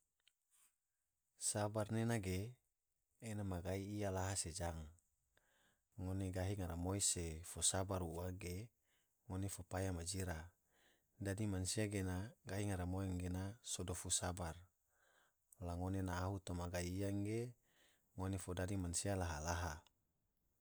Sabar nena ge ena ma gai iya lahaa se jang, ngone gahi ngaramoi se fo sabar ua ge ngone fo paya ma jira, dadi mansia gena gahi ngaramoi ge so dofu sabar la ngone na ahu toma gai iya ge ngone fo dadi mansia laha laha.